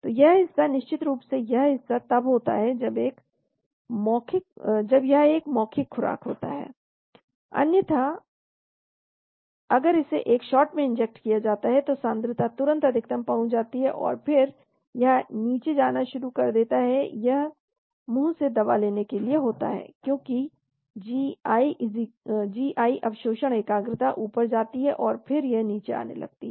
तो यह हिस्सा निश्चित रूप से यह हिस्सा तब होता है जब यह एक मौखिक खुराक होता है अन्यथा अगर इसे एक शॉट में इंजेक्ट किया जाता है तो सांद्रता तुरंत अधिकतम तक पहुंच जाती है और फिर यह नीचे जाना शुरू कर देता है यह मुंह से दवा लेने के लिए होता है क्योंकि gi अवशोषण एकाग्रता ऊपर जाती है फिर यह नीचे आने लगती है